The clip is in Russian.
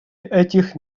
этих